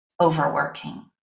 overworking